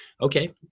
Okay